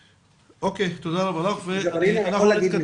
אוקיי, תודה רבה לך ואנחנו נתקדם.